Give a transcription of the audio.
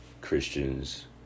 Christians